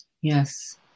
Yes